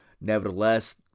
Nevertheless